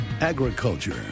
Agriculture